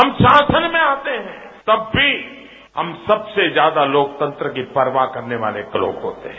हम शासन में आते हैं तब भी हम सबसे ज्यादा लोकतंत्र की परवाह करने वाले लोग होते हैं